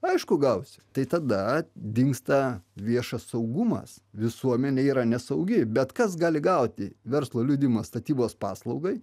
aišku gausiu tai tada dingsta viešas saugumas visuomenė yra nesaugi bet kas gali gauti verslo liudijimą statybos paslaugai